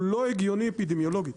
הוא לא הגיוני אפידמיולוגית,